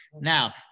Now